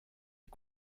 est